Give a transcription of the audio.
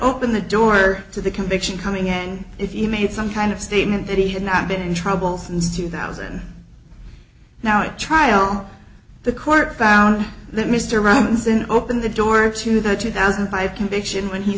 open the door to the conviction coming in if he made some kind of statement that he had not been in trouble since two thousand now at trial the court found that mr robinson opened the door to the two thousand and five conviction when he